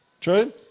True